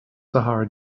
sahara